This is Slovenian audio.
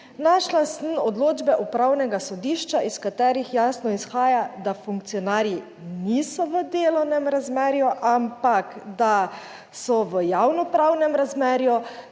našla sem odločbe Upravnega sodišča, iz katerih jasno izhaja, da funkcionarji niso v delovnem razmerju, ampak da so v javno pravnem razmerju,